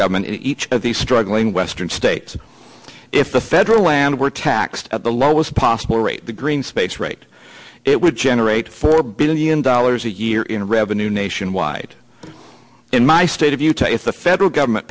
government each of these struggling western states if the federal land were taxed at the lowest possible rate the greenspace rate it would generate four billion dollars a year in revenue nationwide in my state of utah if the federal government